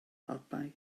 alpau